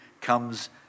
comes